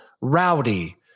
rowdy